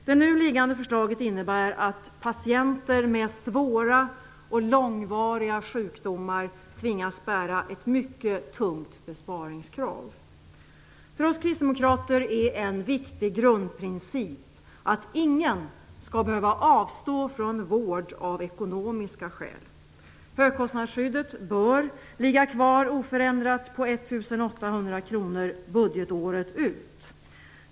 Det nu liggande förslaget innebär att patienter med svåra och långvariga sjukdomar tvingas bära ett mycket tungt besparingskrav. För oss kristdemokrater är det en viktig grundprincip att ingen skall behöva avstå från vård av ekonomiska skäl. Högkostnadsskyddet bör ligga kvar oförändrat på 1 800 kronor budgetåret ut.